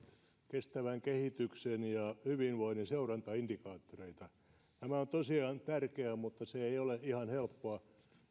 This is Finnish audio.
kestävän kehityksen ja hyvinvoinnin seurantaindikaattoreita tämä on tosiaan tärkeää mutta se ei ole ihan helppoa